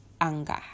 Anger